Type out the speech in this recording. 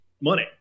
money